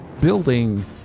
building